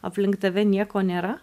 aplink tave nieko nėra